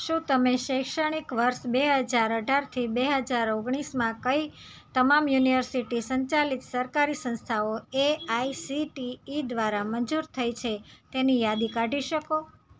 શું તમે શૈક્ષણિક વર્ષ બે હજાર અઢારથી બે હજાર ઓગણીસમાં કઈ તમામ યુનિવર્સિટી સંચાલિત સરકારી સંસ્થાઓ A I C T E દ્વારા મંજૂર થઇ છે તેની યાદી કાઢી શકો